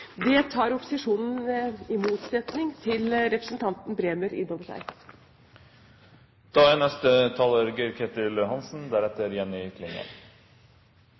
Det tar opposisjonen inn over seg – i motsetning til representanten Bremer.